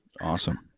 Awesome